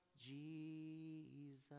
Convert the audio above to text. Jesus